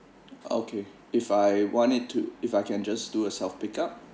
okay if I want it to if I just do a self pickup